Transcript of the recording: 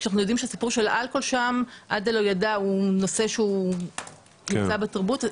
כשאנחנו יודעים שהסיפור של אלכוהול שם עדליידע הוא נושא שנמצא בתרבות.